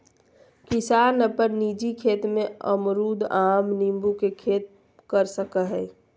किसान अपन निजी खेत में अमरूद, आम, नींबू के खेती कर सकय हइ